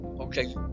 Okay